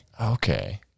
Okay